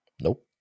Nope